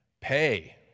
Pay